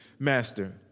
master